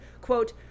quote